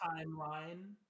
timeline